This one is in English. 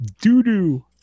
doo-doo